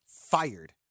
fired